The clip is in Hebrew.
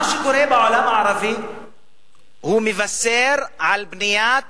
מה שקורה בעולם הערבי מבשר על בניית